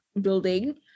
building